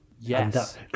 Yes